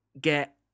get